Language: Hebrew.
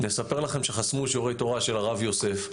אני אספר לכם שחסמו שיעורי תורה של הרב עובדיה יוסף,